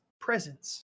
presence